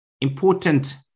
Important